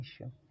issue